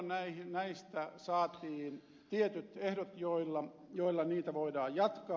silloin saatiin tietyt ehdot joilla näitä voidaan jatkaa